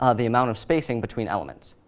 ah the amount of spacing between elements,